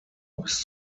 bis